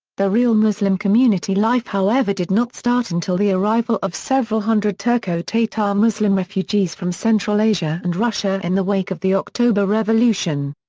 the real muslim community life however did not start until the arrival of several hundred turko-tatar muslim refugees from central asia and russia in the wake of the october revolution.